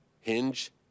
Hinge